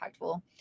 impactful